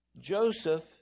Joseph